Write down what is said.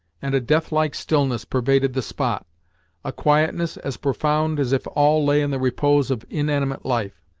and a death like stillness pervaded the spot a quietness as profound as if all lay in the repose of inanimate life.